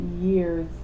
years